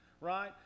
right